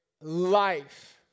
life